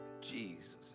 Jesus